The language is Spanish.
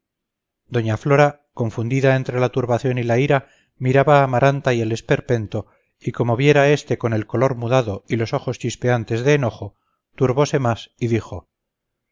doña flora confundida entre la turbación y la ira miraba a amaranta y al esperpento y como viera a este con el color mudado y los ojos chispeantes de enojo turbose más y dijo